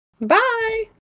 Bye